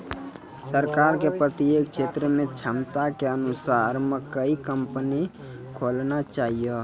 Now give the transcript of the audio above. सरकार के प्रत्येक क्षेत्र मे क्षमता के अनुसार मकई कंपनी खोलना चाहिए?